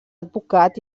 advocat